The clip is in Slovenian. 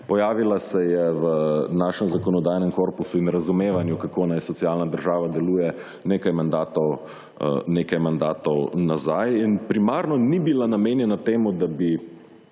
Pojavila se je v našem zakonodajnem korpusu in razumevanju, kako naj socialna država deluje, nekaj mandatov nazaj, in primarno ni bila namenjena temu, da bi